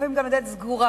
לפעמים גם לדלת סגורה,